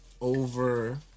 over